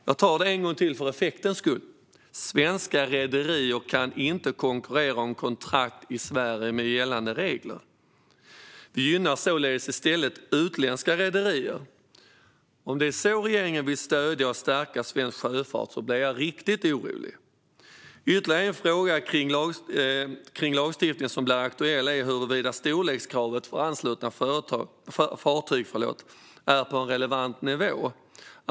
Jag tar det en gång till för effektens skull: Svenska rederier kan inte konkurrera om kontrakt i Sverige med gällande regler. Vi gynnar således i stället utländska rederier. Om det är så regeringen vill stödja och stärka svensk sjöfart blir jag riktigt orolig. Ytterligare en fråga kring lagstiftningen som blir aktuell är huruvida storlekskravet för anslutna fartyg är på en relevant nivå.